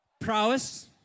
prowess